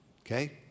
Okay